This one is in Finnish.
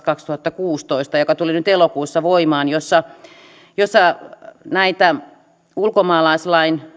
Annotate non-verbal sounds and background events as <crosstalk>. <unintelligible> kaksituhattakuusitoista joka tuli nyt elokuussa voimaan jossa näitä ulkomaalaislain